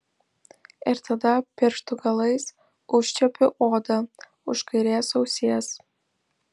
ir tada pirštų galais užčiuopiu odą už kairės ausies